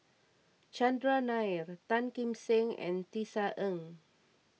Chandran Nair Tan Kim Seng and Tisa Ng